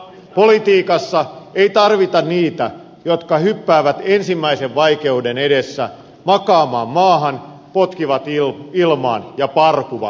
politiikassa ei tarvita niitä jotka hyppäävät ensimmäisen vaikeuden edessä makaamaan maahan potkivat ilmaan ja parkuvat